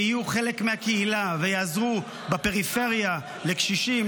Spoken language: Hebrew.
יהיו חלק מהקהילה ויעזרו בפריפריה לקשישים,